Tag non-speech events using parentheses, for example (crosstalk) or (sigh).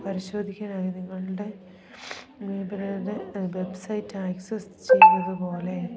പരിശോധിക്കാനായി നിങ്ങളുടെ (unintelligible) website access ചെയ്യുന്നതുപോലെ